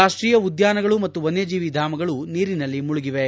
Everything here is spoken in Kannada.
ರಾಷ್ಷೀಯ ಉದ್ದಾನಗಳು ಮತ್ತು ವನ್ನಜೀವಿ ಧಾಮಗಳು ನೀರಿನಲ್ಲಿ ಮುಳುಗಿವೆ